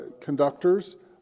conductors